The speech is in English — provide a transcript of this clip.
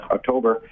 October